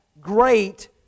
great